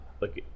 look